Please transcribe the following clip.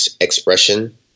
expression